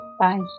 Bye